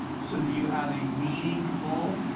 so that you have a meaningful,